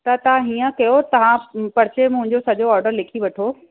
त तव्हां हीअं कयो तव्हां पर्चे में मुंहिंजो सॼो ऑडर लिखी वठो